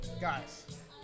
Guys